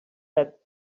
that